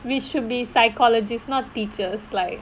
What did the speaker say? we should be psychologists not teachers like